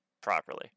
properly